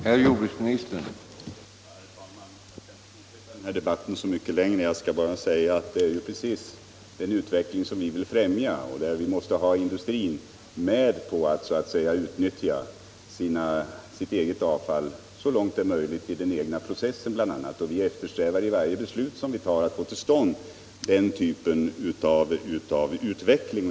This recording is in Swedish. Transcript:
Herr talman! Jag skall inte fortsätta denna debatt längre. Jag skall bara säga att det här är precis den utveckling vi vill främja och där vi måste ha industrin med på att utnyttja sitt avfall så långt det är möjligt i den egna processen bl.a. Vi eftersträvar i varje beslut som vi fattar att få till stånd den typen av utveckling.